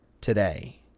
today